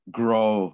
grow